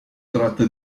tratta